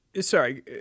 sorry